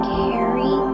carry